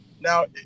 Now